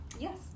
Yes